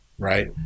Right